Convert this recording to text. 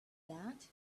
that